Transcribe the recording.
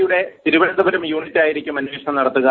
യുടെ തിരുവനന്തപുരം യൂണിറ്റായിരിക്കും അന്വേഷണം നടത്തുക